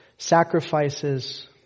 Sacrifices